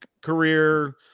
career